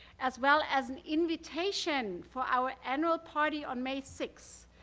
as well as an invitation for our annual party on may six.